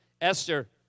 Esther